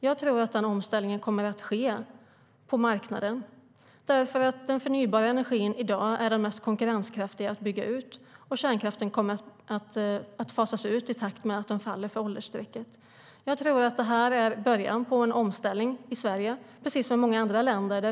Jag tror att den omställningen kommer att göras av marknaden eftersom den förnybara energin i dag är den mest konkurrenskraftiga att bygga. Kärnkraften kommer att fasas ut i takt med att den faller för åldersstrecket. Jag tror att det är början på en omställning i Sverige, precis som i många andra länder.